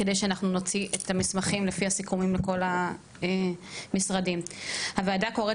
כדי שנוציא את המסמכים לפי הסיכומים לכל המשרדים: הוועדה קוראת